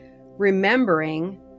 remembering